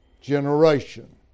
generation